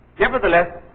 nevertheless